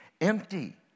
empty